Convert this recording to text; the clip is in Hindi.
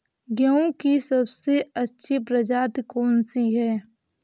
गेहूँ की सबसे अच्छी प्रजाति कौन सी है?